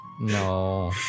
no